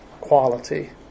quality